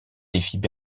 défient